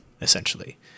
essentially